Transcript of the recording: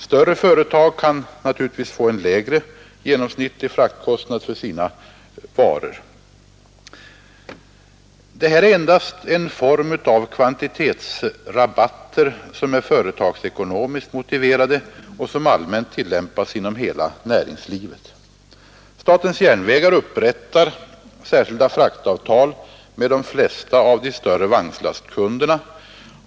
Större företag kan naturligtvis få en lägre genomsnittlig fraktkostnad för sina varor. Det här är en form av kvantitetsrabatt som är företagsekonomiskt motiverad och som allmänt tillämpas inom hela näringslivet. Statens järnvägar upprättar särskilda fraktavtal med de flesta av de större vagnslastkunderna.